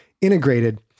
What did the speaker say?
integrated